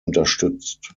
unterstützt